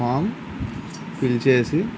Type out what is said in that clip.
form fill చేసి